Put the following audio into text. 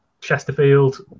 Chesterfield